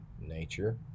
nature